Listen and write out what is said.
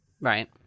Right